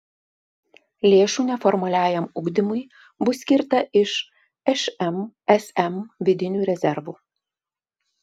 lėšų neformaliajam ugdymui bus skirta iš šmsm vidinių rezervų